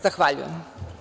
Zahvaljujem.